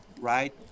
right